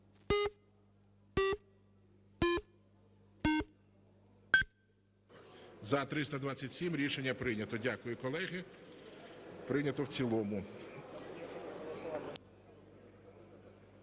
За-327 Рішення прийнято. Дякую, колеги. Прийнято в цілому.